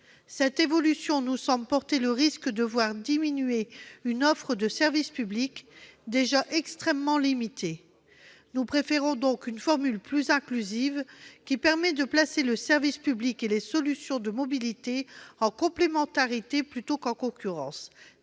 Cette évolution nous semble porter le risque de voir diminuer une offre de service public déjà extrêmement limitée. Nous préférons donc une formule plus inclusive qui permet de placer le service public et les solutions de mobilité en complémentarité plutôt qu'en concurrence.